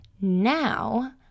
now